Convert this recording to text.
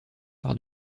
par